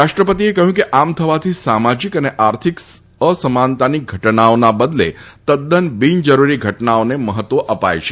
રાષ્ટ્રપતિએ કહ્યું કે આમ થવાથી સામાજીક અને આર્થિક અસમાનતાની ઘટનાઓના બદલે તદ્દન બિનજરૂરી ઘટનાઓને મહત્વ અપાય છે